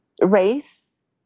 race